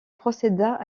procéda